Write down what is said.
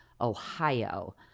Ohio